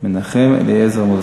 מנחם אליעזר מוזס.